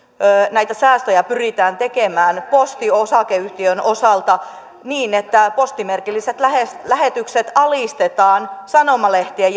näitä säästöjä pyritään tekemään posti osakeyhtiön osalta niin että postimerkilliset lähetykset alistetaan sanomalehtien